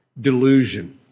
delusion